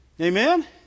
Amen